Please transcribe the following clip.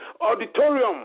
auditorium